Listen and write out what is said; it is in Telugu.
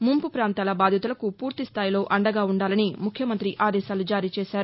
ముంపు ప్రాంతాల బాధితులకు పూర్తిస్థాయిలో అండగా ఉండాలని ముఖ్యమంత్రి ఆదేశాలు జారీ చేశారు